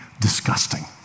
disgusting